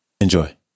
Enjoy